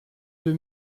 deux